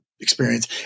experience